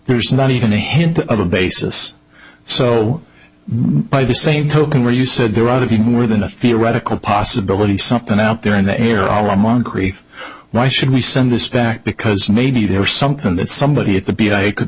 there's not even a hint of a basis so by the same token where you said there ought to be more than a theoretical possibility something out there and that here all of moncrieff why should we send this back because maybe there was something that somebody